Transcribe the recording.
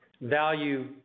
value